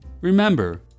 Remember